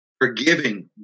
forgiving